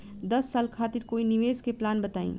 दस साल खातिर कोई निवेश के प्लान बताई?